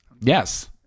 Yes